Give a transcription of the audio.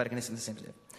חבר הכנסת נסים זאב,